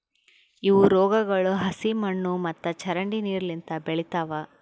ಇವು ರೋಗಗೊಳ್ ಹಸಿ ಮಣ್ಣು ಮತ್ತ ಚರಂಡಿ ನೀರು ಲಿಂತ್ ಬೆಳಿತಾವ್